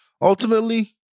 Ultimately